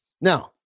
Now